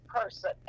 person